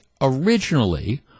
originally